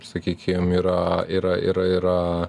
sakykim yra yra yra yra